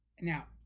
Now